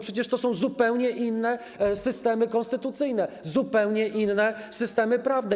Przecież to są zupełnie inne systemy konstytucyjne, zupełnie inne systemy prawne.